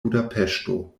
budapeŝto